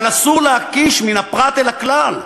אבל אסור להקיש מן הפרט אל הכלל,